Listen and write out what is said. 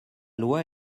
loi